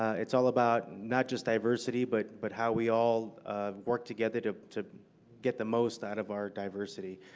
it's all about not just diversity, but but how we all work together to to get the most out of our diversity.